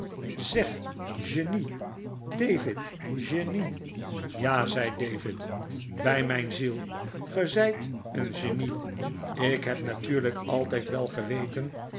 zeg genie david genie ja zei david bij mijn ziel ge zijt een genie ik heb natuurlijk altijd wel geweten